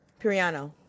Piriano